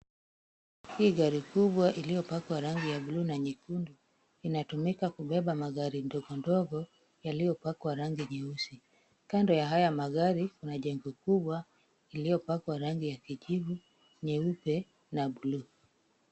Hii gari kubwa iliyopakwa rangi ya buluu na nyekundu inatumika kubeba magari ndogo ndogo yaliyopakwa rangi nyeusi. Kando ya haya magari kuna jengo kubwa iliyopakwa rangi ya kijivu, nyeupe na buluu.